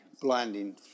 blinding